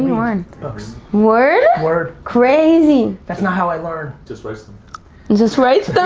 you want looks word? we're crazy. that's not how i learned just wasting just right